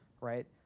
right